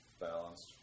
balanced